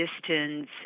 distance